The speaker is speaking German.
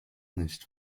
nicht